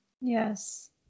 Yes